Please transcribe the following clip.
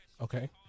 Okay